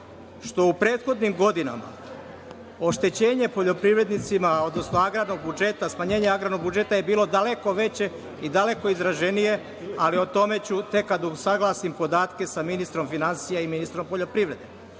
što u prethodnim godinama oštećenje poljoprivrednicima, odnosno agrarnog budžeta, smanjenje agrarnog budžeta je bilo daleko veće i daleko izraženije, ali o tome ću tek kada usaglasim podatke sa ministrom finansija i ministrom poljoprivrede,